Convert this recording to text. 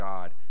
God